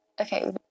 okay